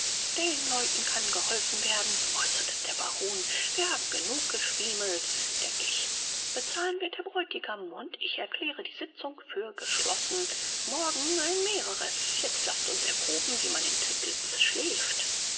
den leuten kann geholfen werden äußerte der baron wir haben genug geschwiemelt denk ich bezahlen wird der bräutigam und ich erkläre die sitzung für geschlossen morgen ein mehreres jetzt laßt uns erproben wie man in teplitz schläft